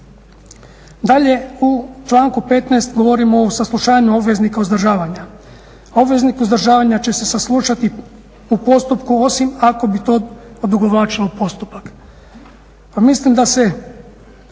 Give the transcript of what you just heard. Dalje u članku 15. govorimo o saslušanju obveznika uzdržavanja. Obveznik uzdržavanja će se saslušati u postupku osim ako bi to odugovlačilo postupak. Pa mislim da se